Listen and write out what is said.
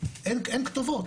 אין גם כתובות,